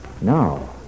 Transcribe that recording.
No